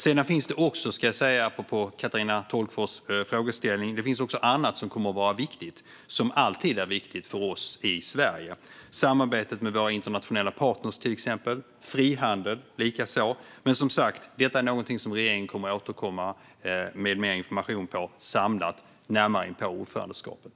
Det finns också, apropå Katarina Tolgfors frågeställning, annat som kommer att vara viktigt och som alltid är viktigt för oss i Sverige: samarbetet med våra internationella partner, till exempel, och frihandel likaså. Men, som sagt, detta är något som regeringen kommer att återkomma till med mer samlad information närmare inpå ordförandeskapet.